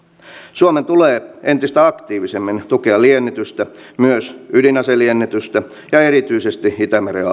suomen tulee entistä aktiivisemmin tukea liennytystä myös ydinaseliennytystä ja erityisesti itämeren